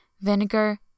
vinegar